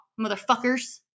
motherfuckers